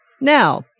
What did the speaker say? Now